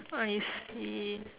I see